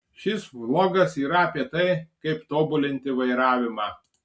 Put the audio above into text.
šis vlogas yra apie tai kaip tobulinti vairavimą